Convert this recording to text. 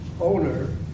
owner